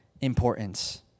importance